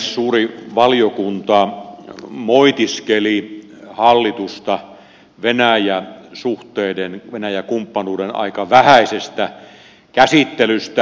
suuri valiokunta moitiskeli hallitusta venäjä suhteiden venäjä kumppanuuden aika vähäisestä käsittelystä